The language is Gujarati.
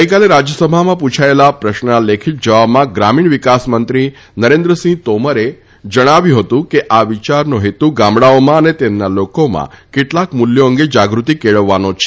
ગઇકાલે રાજ્યસભામાં પુછાયેલા પ્રશ્નોના લેખિત જવાબમાં ગ્રામીણ વિકાસમંત્રી નરેન્દ્રસિંહ તોમરે જણાવ્યું હતું કે આ વિયારનો હેતુ ગામડાઓમાં અને તેમના લોકોમાં કેટલાક મૂલ્યો અંગે જાગૃતિ કેળવવાનો છે